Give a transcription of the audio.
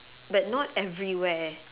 but not everywhere